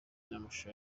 n’amashusho